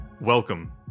welcome